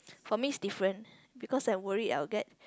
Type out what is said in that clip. for me it's different because I worry I will get